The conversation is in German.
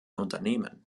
unternehmen